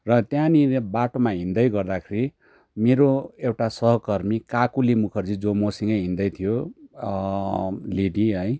र त्यहाँनिर बाटोमा हिँड्दै गर्दाखेरि मेरो एउटा सहकर्मी काकुली मुखर्जी जो मसँगै हिँड्दै थियो लेडी है